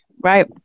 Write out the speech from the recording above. right